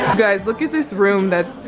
guys, look at this room that,